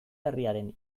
herriaren